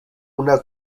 una